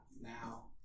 now